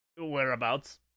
Whereabouts